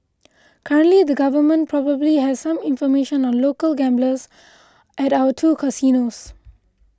currently the government probably has some information on local gamblers at our two casinos